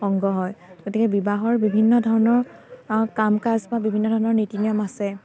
অংগ হয় গতিকে বিবাহৰ বিভিন্ন ধৰণৰ কাম কাজ বা বিভিন্ন ধৰণৰ নীতি নিয়ম আছে